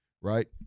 right